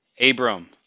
Abram